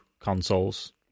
consoles